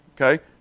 Okay